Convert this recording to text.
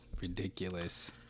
Ridiculous